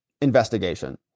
investigation